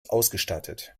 ausgestattet